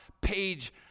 page